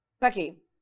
Becky